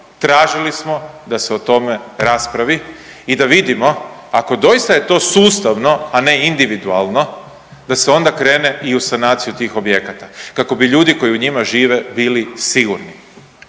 tražili smo da se o tome raspravi i da vidimo ako doista je to sustavno, a ne individualno da se onda krene i u sanaciju tih objekata kako bi ljudi koji u njima žive bili sigurni,